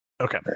Okay